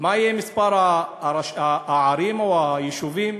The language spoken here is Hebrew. מה יהיה מספר הערים או היישובים,